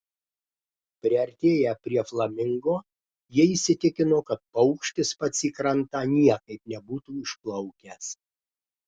priartėję prie flamingo jie įsitikino kad paukštis pats į krantą niekaip nebūtų išplaukęs